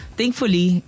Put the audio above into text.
thankfully